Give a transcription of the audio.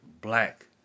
black